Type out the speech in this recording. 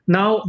Now